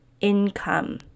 income